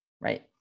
right